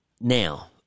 Now